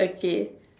okay